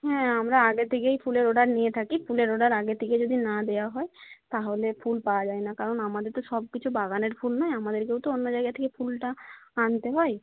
হ্যাঁ আমরা আগে থেকেই ফুলের অর্ডার নিয়ে থাকি ফুলের অর্ডার আগে থেকেই যদি না দেওয়া হয় তাহলে ফুল পাওয়া যায় না কারণ আমাদের তো সব কিছু বাগানের ফুল নয় আমাদেরকেও তো অন্য জায়গা থেকে ফুলটা আনতে হয়